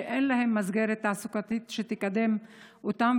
שאין להם מסגרת תעסוקתית שתקדם אותם,